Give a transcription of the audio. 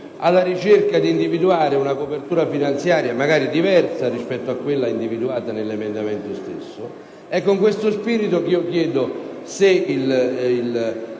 alla ricerca di una copertura finanziaria magari diversa rispetto a quella individuata nell'emendamento stesso. Con questo spirito chiedo al